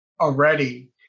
already